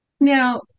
Now-